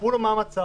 יספרו לו מה המצב,